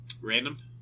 Random